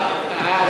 ההערה ברורה.